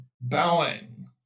bowing